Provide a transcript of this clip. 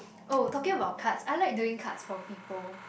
oh talking about cards I like dealing cards for people